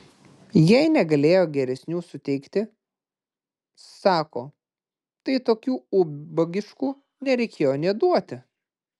jei negalėjo geresnių suteikti sako tai tokių ubagiškų nereikėjo nė duoti